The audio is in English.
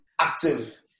active